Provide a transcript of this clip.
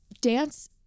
dance